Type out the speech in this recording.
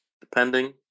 depending